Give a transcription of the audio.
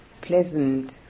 pleasant